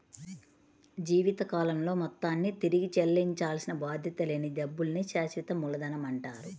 జీవితకాలంలో మొత్తాన్ని తిరిగి చెల్లించాల్సిన బాధ్యత లేని డబ్బుల్ని శాశ్వత మూలధనమంటారు